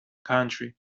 country